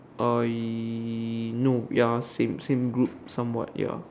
uh no ya same same group somewhat ya